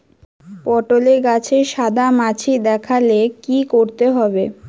পটলে গাছে সাদা মাছি দেখালে কি করতে হবে?